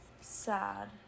Sad